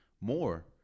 more